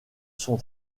sont